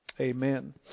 Amen